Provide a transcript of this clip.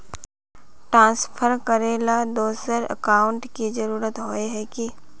Transfer करेला दोसर account की जरुरत होय है की?